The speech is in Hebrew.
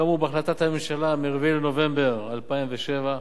כאמור בהחלטת הממשלה מיום 4 בנובמבר 2007,